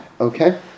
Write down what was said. okay